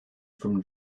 from